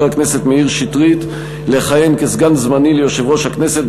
הכנסת מאיר שטרית לכהן כסגן זמני ליושב-ראש הכנסת,